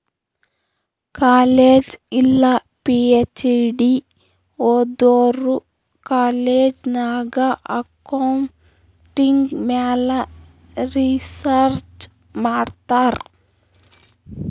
college ಇಲ್ಲ PhD ಓದೋರು college ನಾಗ್ ಅಕೌಂಟಿಂಗ್ ಮ್ಯಾಲ ರಿಸರ್ಚ್ ಮಾಡ್ತಾರ್